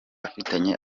afitanye